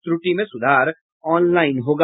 त्रुटि में सुधार ऑनलाईन होगा